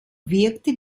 wirkte